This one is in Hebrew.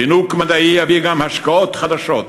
זינוק מדעי יביא גם השקעות חדשות.